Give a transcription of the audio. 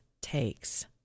takes